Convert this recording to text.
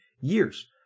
years